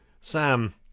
Sam